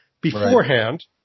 beforehand